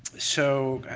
so,